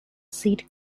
seed